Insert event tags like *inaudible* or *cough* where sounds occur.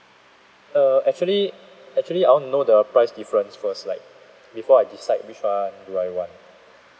uh actually actually I want to know the price difference first like *noise* before I decide which one do I want